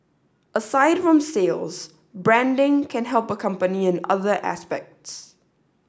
aside from sales branding can help a company in other aspects